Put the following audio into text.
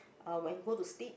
uh when go to sleep